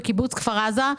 בקיבוץ כפר עזה,